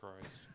Christ